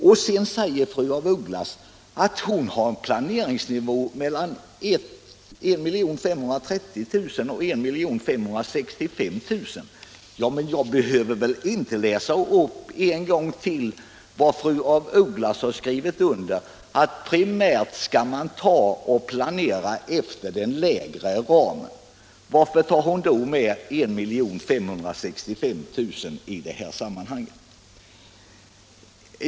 Fru af Ugglas säger vidare att hon har en planeringsnivå mellan 1 530 000 och 1 565 000. Jag behöver väl inte läsa upp en gång till vad fru af Ugglas har skrivit under, att primärt skall man planera efter den lägre ramen. Varför tar hon då med den högre i det här sammanhanget?